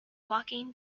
walking